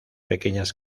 pequeñas